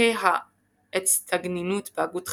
מפרקי האצטגנינות בהגות חז"ל,